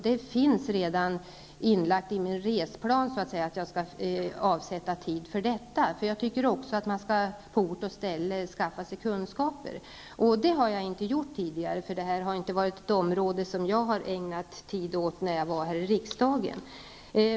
Detta finns alltså redan inlagt i min resplan. Jag anser att man på ort och ställe skall skaffa sig kunskaper. Det har jag inte gjort tidigare, eftersom jag inte har ägnat tid åt detta område när jag satt i riksdagen.